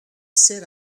said